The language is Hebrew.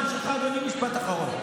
ברשותך, אדוני, משפט אחרון.